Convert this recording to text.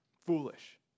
foolish